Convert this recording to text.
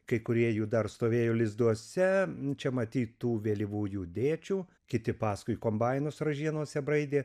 kai kurie jų dar stovėjo lizduose čia matyt tų vėlyvųjų dėčių kiti paskui kombainus ražienose braidė